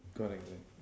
good I got it